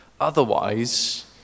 Otherwise